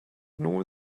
knew